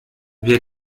wir